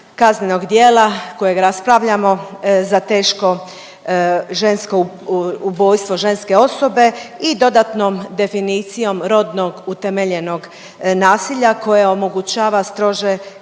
kaznenog djela kojeg raspravljamo za teško ženko ubojstvo ženske osobe i dodatnom definicijom rodno utemeljenog nasilja koje omogućava strože